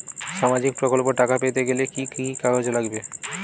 সামাজিক প্রকল্পর টাকা পেতে গেলে কি কি কাগজ লাগবে?